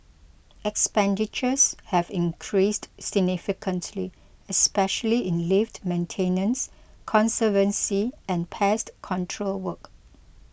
expenditures have increased significantly especially in lift maintenance conservancy and pest control work